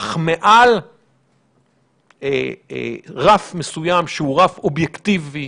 אך מעל רף מסוים שהוא רף אובייקטיבי,